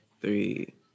Three